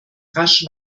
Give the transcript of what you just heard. rasch